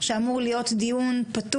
שאמור להיות פתוח,